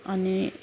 अनि